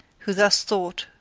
who thus thought,